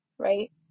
Right